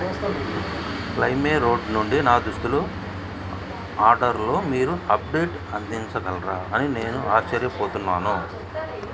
LimeRoad నుండి నా దుస్తులు ఆర్డర్లో మీరు అప్డేట్ అందించగలరా అని నేను ఆశ్చర్యపోతున్నాను